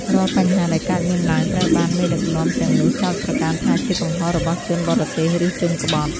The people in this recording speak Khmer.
រាល់បញ្ហាដែលកើតមានឡើងត្រូវបានមេដឹកនាំទាំងនោះចោទប្រកាន់ថាជាកំហុសរបស់ជនបរទេសឬជនក្បត់។